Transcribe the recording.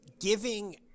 giving